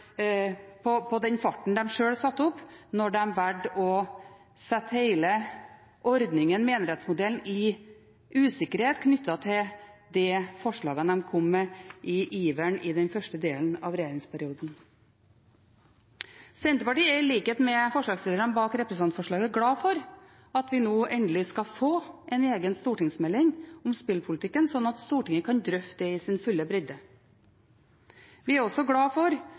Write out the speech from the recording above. opp da de valgte å sette hele ordningen med enerettsmodellen i usikkerhet knyttet til det forslaget de kom med i iveren i den første delen av regjeringsperioden. Senterpartiet er i likhet med forslagsstillerne bak representantforslaget glad for at vi nå endelig skal få en egen stortingsmelding om spillpolitikken, slik at Stortinget kan drøfte det i sin fulle bredde. Vi er også glad for